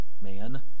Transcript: man